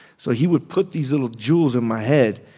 so he would put these little jewels in my head.